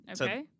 Okay